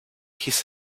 his